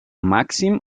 màxim